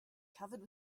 covered